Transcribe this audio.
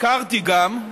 הזכרתי גם,